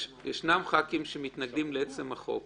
ישנם חברי כנסת שמתנגדים לעצם החוק,